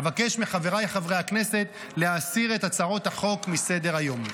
אבקש מחבריי חברי הכנסת להסיר את הצעות החוק מסדר-היום.